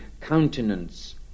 countenance